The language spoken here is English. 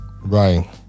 Right